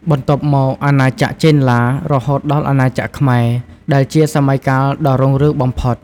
បន្ទាប់មកអាណាចក្រចេនឡា រហូតដល់អាណាចក្រខ្មែរ ដែលជាសម័យកាលដ៏រុងរឿងបំផុត។